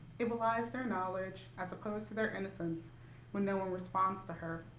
it belies their knowledge as opposed to their innocence when no one responds to her.